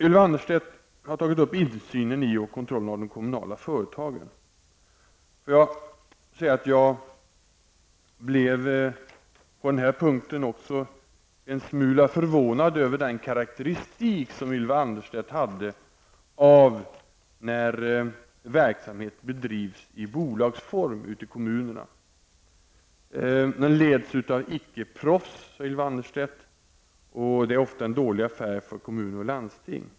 Ylva Annerstedt har tagit upp insynen i och kontrollen av de kommunala företagen. Jag vill säga att jag på den punkten också blev en smula förvånad över hur Ylva Annerstedt karakteriserade den verksamhet som kommunerna bedriver i bolagsform. Den leds av icke-proffs, sade Ylva Annerstedt, och är ofta en dålig affär för kommuner och landsting.